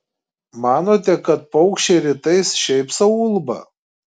manote kad paukščiai rytais šiaip sau ulba